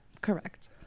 Correct